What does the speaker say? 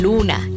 Luna